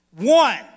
one